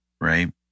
right